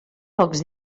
pocs